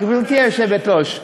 גברתי היושבת-ראש,